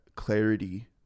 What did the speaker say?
Clarity